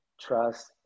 trust